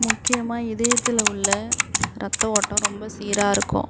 முக்கியமாக இதயத்தில் உள்ள ரத்த ஓட்டம் ரொம்ப சீராக இருக்கும்